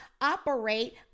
operate